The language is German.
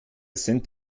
sind